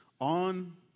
on